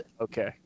Okay